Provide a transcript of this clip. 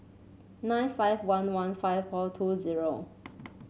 nine five one one five four two zero